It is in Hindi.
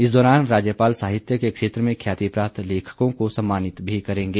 इस दौरान राज्यपाल साहित्य के क्षेत्र में ख्याति प्राप्त लेखकों को सम्मानित भी करेंगे